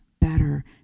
better